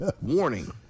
Warning